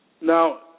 Now